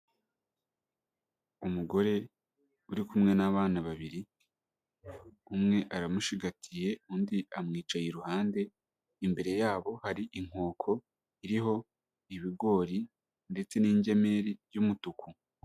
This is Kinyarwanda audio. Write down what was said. Umugore uri kumwe n'abana babiri, umwe aramushigatiye, undi amwica iruhande. Imbere ya bo hari inkoko iriho ibigori ndetse n'ingemeri y'umutuku.